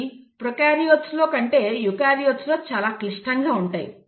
అవి ప్రొకార్యోట్ల కంటే యూకారియోట్లలో చాలా క్లిష్టంగా ఉంటాయి